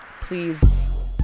Please